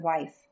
wife